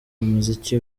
muziki